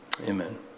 amen